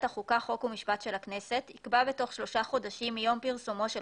החוקה חוק ומשפט של הכנסת יקבע בתוך שלושה חודשים מיום פרסומו של